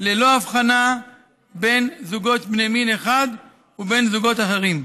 ללא הבחנה בין זוגות בני מין אחד ובין זוגות אחרים.